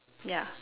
yeah